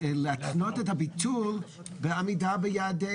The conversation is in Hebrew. להתנות את הביטול בעמידה ביעדי